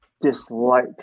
dislike